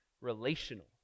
relational